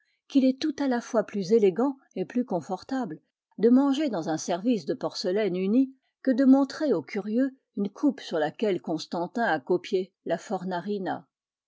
qu'il est tout à la fois plus élégant et plus confortable de manger dans un service de porcelaine unie que de montrer aux curieux une coupe sur laquelle constantin a copié la